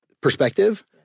perspective